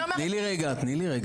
תני לי רגע.